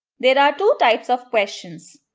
there are two types of questions.